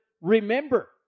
remember